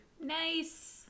Nice